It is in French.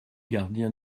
gardien